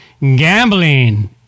gambling